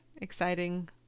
exciting